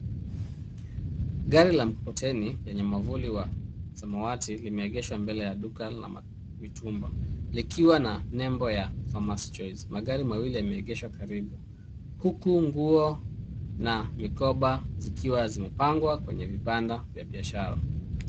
Gari la mkokoteni lenye mwavuli wa samawati, limeegeshwa mbele ya duka la mitumba. Likiwa na nembo ya Farmer's Choice, magari mawili yameegeshwa karibu. Huku, nguo na mikoba zikiwa zimepangwa kwenye vibanda vya biashara.